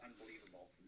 unbelievable